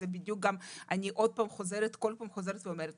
אני כל הזמן חוזרת ואומרת,